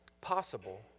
possible